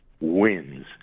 wins